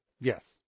Yes